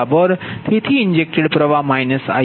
તેથી ઇન્જેક્ટેડ પ્રવાહ -If હશે